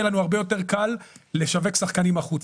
יהיה לנו הרבה יותר קל לשווק שחקנים החוצה.